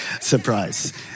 Surprise